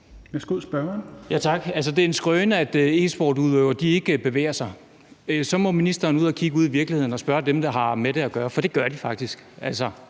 Det er en skrøne, at e-sportsudøvere ikke bevæger sig. Så må ministeren ud i virkeligheden og spørge dem, der har med det at gøre, for det gør de faktisk.